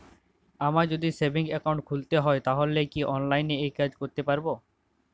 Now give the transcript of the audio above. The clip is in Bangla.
আমায় যদি সেভিংস অ্যাকাউন্ট খুলতে হয় তাহলে কি অনলাইনে এই কাজ করতে পারবো?